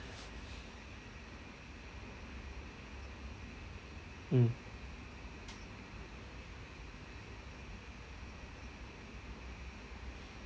mm